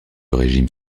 régime